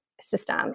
system